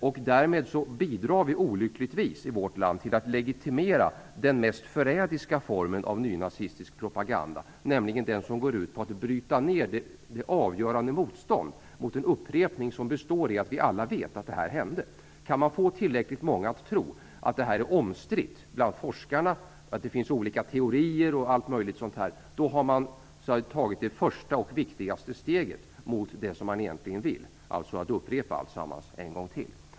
På detta sätt bidrar vi olyckligtvis i vårt land till att legitimera den mest förrädiska formen av nynazistisk propaganda, nämligen den som går ut på att bryta ned det avgörande motståndet mot en upprepning av det som har hänt. Vi vet ju alla att detta har hänt. Om man kan få tillräckligt många att tro att detta är omstritt bland forskarna och att det finns olika teorier osv., har man tagit det första och viktigaste steget mot det man vill uppnå - att upprepa alltsammans.